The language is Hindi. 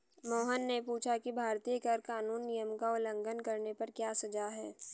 मोहन ने पूछा कि भारतीय कर कानून नियम का उल्लंघन करने पर क्या सजा है?